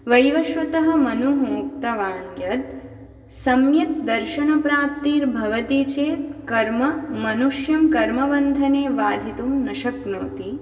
वैवस्वतः मनुः उक्तवान् यत् सम्यक्दर्शनप्राप्तिर्भवति चेत् कर्म मनुष्यं कर्मबन्धने बाधितुं न शक्नोति